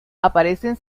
aparecen